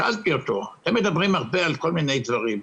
שאלתי אותו: אתם מדברים הרבה על כל מיני דברים.